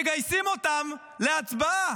מגייסים אותם להצבעה.